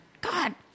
God